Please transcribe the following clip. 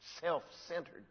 self-centered